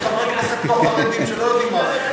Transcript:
יש חברי כנסת לא חרדים שלא יודעים מה זה.